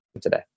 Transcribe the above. today